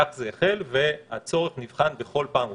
כך זה החל, והצורך נבחן בכל פעם ופעם.